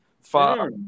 Far